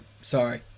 Sorry